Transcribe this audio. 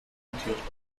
montiert